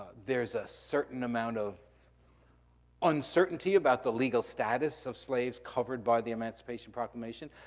there's a certain amount of uncertainty about the legal status of slaves covered by the emancipation proclamation.